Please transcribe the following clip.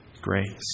grace